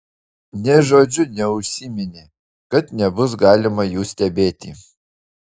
nė žodžiu neužsiminė kad nebus galima jų stebėti